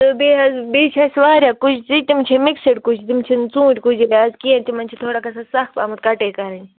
تہٕ بیٚیہِ حظ بیٚیہِ چھِ اَسہِ واریاہ کُجہِ تِم چھِ مِکسٕڈ کُجہِ تِم چھِ ژوٗنٹھۍ کُجہِ یہِ حظ کینٛہہ تِمَن چھِ تھوڑا گژھ سَخ آمُت کَٹٲے کَرٕنۍ